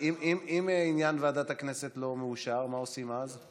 אם עניין ועדת הכנסת לא מאושר, מה עושים אז?